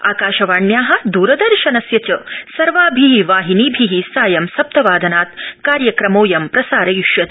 आकाशवाण्या द्रदर्शनस्य च सर्वाभि वाहिनीभि सायं सप्तवादनात् कार्यक्रमोऽयम् प्रसारयिष्यते